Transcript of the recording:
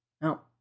Now